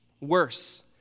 worse